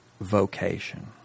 vocation